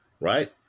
right